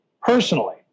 personally